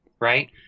right